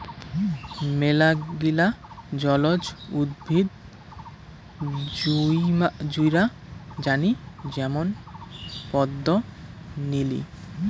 মেলাগিলা জলজ উদ্ভিদ মুইরা জানি যেমন পদ্ম, নিলি